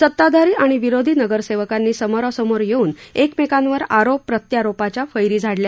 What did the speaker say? सताधारी आणि विरोधी नगरसेवकांनी समोरासमोर येऊन एकमेकांवर आरोप प्रत्यारोपाच्या फैरी झाडल्या